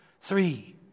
three